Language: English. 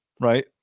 Right